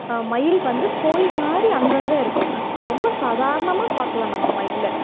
மயில் வந்து கோழிமாதிரி அங்கங்கே இருக்கும் ரொம்ப சாதாரணமாக பார்க்கலாம் நம்ம மயிலை